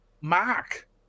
Mark